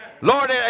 Lord